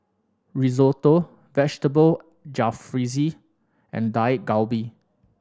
Risotto Vegetable Jalfrezi and Dak Galbi